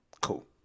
Cool